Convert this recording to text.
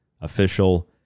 official